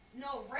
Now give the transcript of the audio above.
No